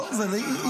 לא, זה אי-אפשר.